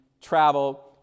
travel